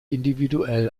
individuell